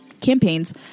campaigns